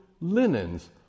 linens